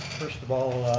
first of all,